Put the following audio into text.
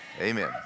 Amen